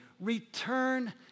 Return